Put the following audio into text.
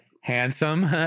Handsome